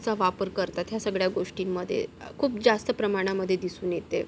चा वापर करतात ह्या सगळ्या गोष्टींमध्ये खूप जास्त प्रमाणामध्ये दिसून येते